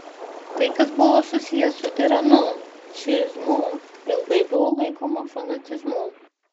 tai kas buvo susiję su iranu šiizmu ilgai buvo laikoma fanatizmu